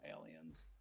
aliens